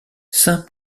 saint